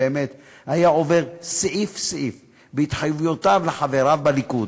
היה עובר סעיף-סעיף בהתחייבויותיו לחבריו בליכוד,